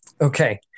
Okay